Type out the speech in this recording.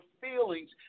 feelings